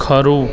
ખરું